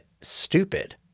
stupid